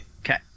Okay